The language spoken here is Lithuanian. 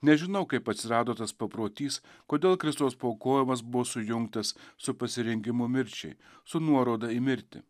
nežinau kaip atsirado tas paprotys kodėl kristaus paaukojimas buvo sujungtas su pasirengimu mirčiai su nuoroda į mirtį